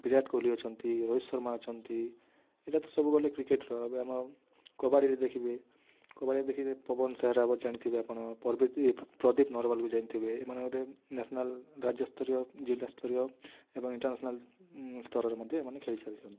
ବିରାଟ କୋହଲି ଅଛନ୍ତି ରୋହିତ ଶର୍ମା ଅଛନ୍ତି ଏଟା ସବୁ ଗଲେ କ୍ରିକେଟ୍ର ଏବେ ଆମ କବାଡ଼ିରେ ଦେଖିବେ ପବନ ସାର୍ ଜାଣିଥିବେ ଆପଣ ପ୍ରଦୀପ ଜାଣିଥିବେ ଏମାନେ ନ୍ୟାସନାଲ୍ ରାଜ୍ୟସ୍ତରୀୟ ଜିଲ୍ଲାସ୍ତରୀୟ ଏବଂ ଇଣ୍ଟରନ୍ୟାସନାଲ୍ ସ୍ତରରେ ମଧ୍ୟ ଏମାନେ ଖେଳି ଚାଲିଛନ୍ତି